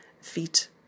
feet